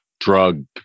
drug